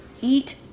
Eat